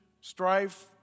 strife